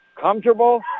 comfortable